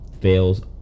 fails